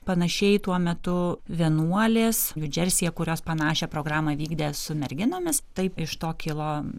panašiai tuo metu vienuolės niu džersyje kurios panašią programą vykdė su merginomis taip iš to kilo